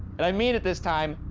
and i mean it this time.